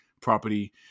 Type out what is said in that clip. property